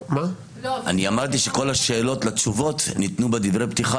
אני אמרתי שכל התשובות לשאלות ניתנו בדברי פתיחה,